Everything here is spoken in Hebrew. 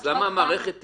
אז למה המערכת תקרוס?